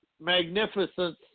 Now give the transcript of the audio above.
Magnificence